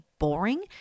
boring